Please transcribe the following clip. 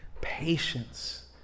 patience